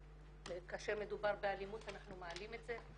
כאשר מדובר באלימות אנחנו מעלים את זה.